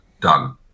Done